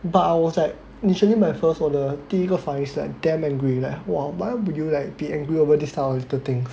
but I was like initially my first for the 第一个 is like damn angry !wah! why would you like be angry over this type of little thing